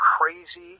crazy